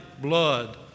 blood